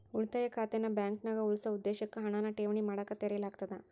ಉಳಿತಾಯ ಖಾತೆನ ಬಾಂಕ್ನ್ಯಾಗ ಉಳಿಸೊ ಉದ್ದೇಶಕ್ಕ ಹಣನ ಠೇವಣಿ ಮಾಡಕ ತೆರೆಯಲಾಗ್ತದ